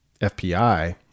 FPI